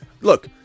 Look